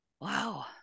wow